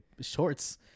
shorts